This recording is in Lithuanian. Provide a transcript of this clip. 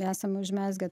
esame užmezgę